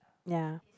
ya